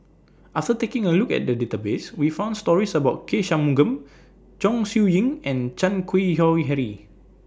Ah Sir taking A Look At The Database We found stories about K Shanmugam Chong Siew Ying and Chan Keng Howe Harry